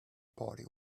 party